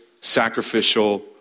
sacrificial